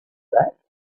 that